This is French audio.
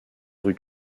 rue